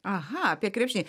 aha apie krepšinį